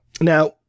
Now